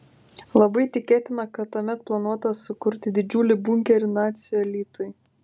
labai tikėtina kad tuomet planuota sukurti didžiulį bunkerį nacių elitui